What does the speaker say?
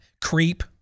Creep